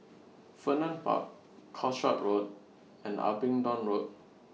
Vernon Park Calshot Road and Abingdon Road